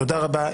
תודה רבה.